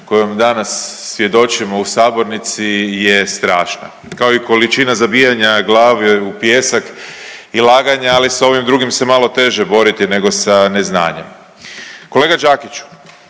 kojom danas svjedočimo u sabornici je strašna, kao i količina zabijanja glave u pijesak i laganja, ali s ovim drugim se malo teže boriti nego sa neznanjem. Kolega Đakiću,